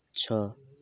ଛଅ